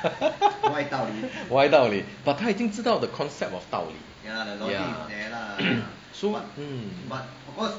歪道理 but 他已经知道 the concept of 道理 ya so mm